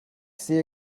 sehe